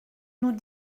nous